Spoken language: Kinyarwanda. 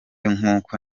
nkuko